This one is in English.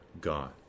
God